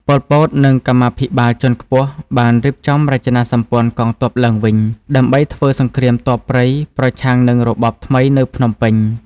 ប៉ុល ពត និងកម្មាភិបាលជាន់ខ្ពស់បានរៀបចំរចនាសម្ព័ន្ធកងទ័ពឡើងវិញ ដើម្បីធ្វើសង្គ្រាមទ័ពព្រៃប្រឆាំងនឹងរបបថ្មីនៅភ្នំពេញ។